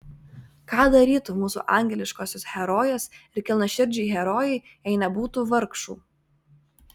ką darytų mūsų angeliškosios herojės ir kilniaširdžiai herojai jei nebūtų vargšų